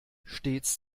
stets